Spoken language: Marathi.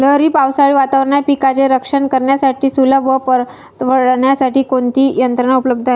लहरी पावसाळी वातावरणात पिकांचे रक्षण करण्यासाठी सुलभ व परवडणारी कोणती यंत्रणा उपलब्ध आहे?